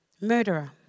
murderer